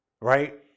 right